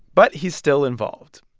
but he's still involved.